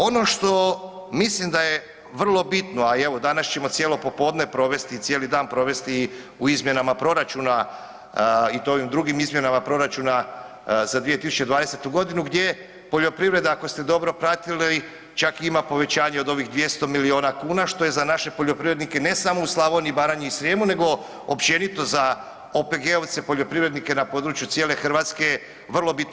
Ono što mislim da je vrlo bitno, a i evo danas ćemo cijelo popodne provesti i cijeli dan provesti u izmjenama proračuna i to u ovim drugim izmjenama proračuna za 2020.g. gdje poljoprivreda, ako ste dobro pratili, čak ima povećanje od ovih 200 milijuna kuna, što je za naše poljoprivrednike, ne samo u Slavoniji, Baranji i Srijemu, nego općenito za OPG-ovce, poljoprivrednike na području cijele Hrvatske vrlo bitno.